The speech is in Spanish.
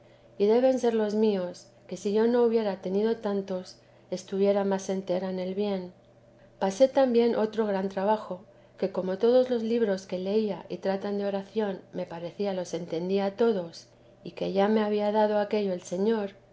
y deben ser los míos que si yo no hubiera tenido tantos estuviera más entera en el bien pasé también otro gran trabajo que como todos los libros que leía que tratan de oración me parecía los entendía todos y que ya me había dado aquello el señor